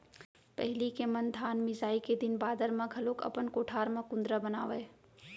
पहिली के मन धान मिसाई के दिन बादर म घलौक अपन कोठार म कुंदरा बनावयँ